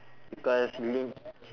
because ly~